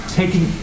taking